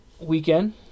weekend